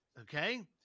Okay